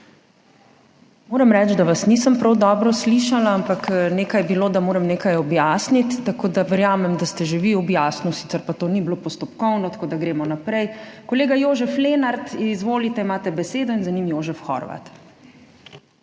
Moram reči, da vas nisem prav dobro slišala, ampak nekaj je bilo, da moram nekaj objasniti, tako da verjamem, da ste že vi objasnili. Sicer pa to ni bilo postopkovno, tako da gremo naprej. Kolega Jožef Lenart, izvolite, imate besedo, za njim pa Jožef Horvat.